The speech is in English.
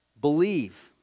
believe